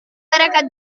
paracadute